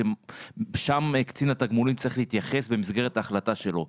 שם קצין התגמולים צריך להתייחס במסגרת ההחלטה שלו.